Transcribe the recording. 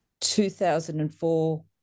2004